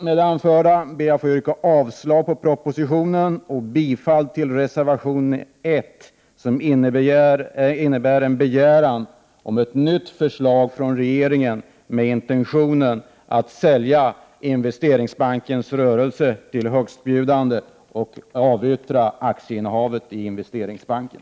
Med det anförda ber jag att få yrka avslag på propositionen och bifall till reservation 1, som innebär en begäran om ett nytt förslag från regeringen med intentionen att sälja Investeringsbankens rörelse till högstbjudande och avyttra aktieinnehavet i Investeringsbanken.